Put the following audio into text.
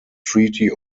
treaty